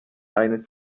eine